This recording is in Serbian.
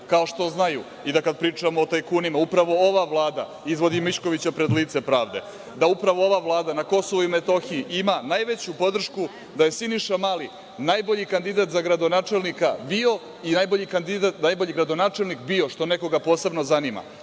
kao što znaju i da kada pričamo o tajkunima, upravo ova Vlada izvodi i Miškovića pred lice pravde, da upravo ova Vlada na KiM ima najveću podršku, da je Siniša Mali najbolji kandidat za gradonačelnika bio i najbolji gradonačelnik bio, što nekoga posebno zanima,